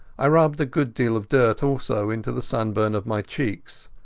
i rubbed a good deal of dirt also into the sunburn of my cheeks.